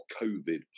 COVID